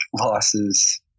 losses